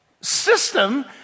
system